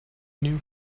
new